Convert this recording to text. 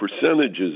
percentages